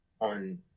on